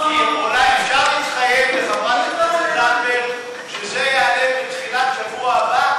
אולי אפשר להתחייב לחברת הכנסת זנדברג שזה יעלה בתחילת שבוע הבא,